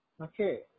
okay